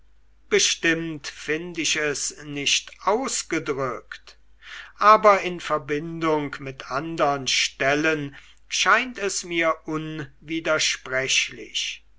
bestimmt find ich es nicht ausgedrückt aber in verbindung mit andern stellen scheint es mir unwidersprechlich